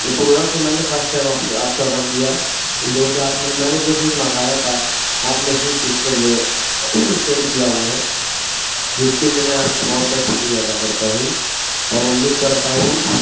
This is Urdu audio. وہ پروڈکٹ میں نے فسٹ ٹائم آپ سے آپ سے آڈر کیا جوکہ آپ نے میں جو چیز منگایا تھا آپ نے اسی چیز کو سینڈ کیا ہوا ہے جس کے لیے میں آپ کا بہت بہت شکریہ ادا کرتا ہوں اور امید کرتا ہوں